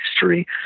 history